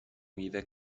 میوه